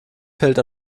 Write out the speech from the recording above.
fällt